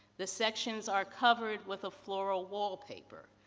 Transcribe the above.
the sections are covered with a floral wallpaper.